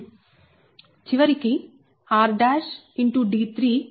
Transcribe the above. చివరికి rd312 అవుతుంది